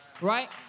Right